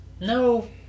no